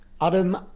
Adam